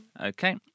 Okay